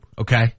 Okay